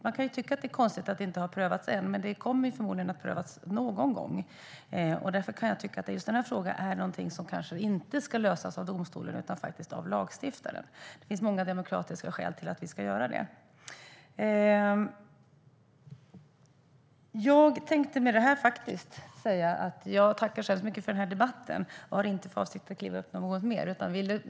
Man kan tycka att det är konstigt att detta inte har prövats ännu, men det kommer förmodligen att prövas någon gång. Därför kan jag tycka att just denna fråga kanske inte ska lösas av domstolen utan av lagstiftaren. Det finns många demokratiska skäl till detta. Med detta tackar jag för debatten. Jag har inte för avsikt att kliva upp i talarstolen igen.